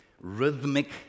rhythmic